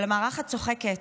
אבל המאחרת צוחקת,